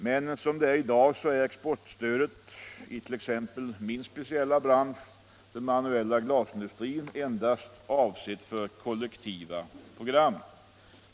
Men som det är i dag är exportstödet i t.ex. min speciella bransch, den manuella glasindustrin, endast avsett för kollektiva program.